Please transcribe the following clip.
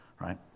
right